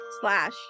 slash